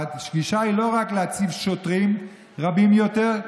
הדרישה היא לא רק להציב שוטרים רבים יותר,